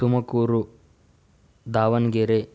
Tumakuru Davangere